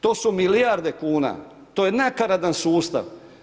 To su milijarde kuna, to je nakaradni sustav.